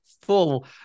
Full